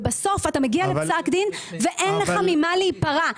ובסוף אתה מגיע לפסק דין ואין לך ממה להיפרע.